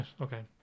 Okay